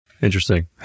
Interesting